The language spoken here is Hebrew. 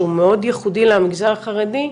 שהוא מאוד ייחודי למגזר החרדי,